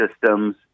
systems